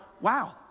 wow